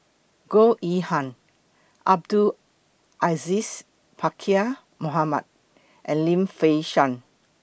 Goh Yihan Abdul Aziz Pakkeer Mohamed and Lim Fei Shen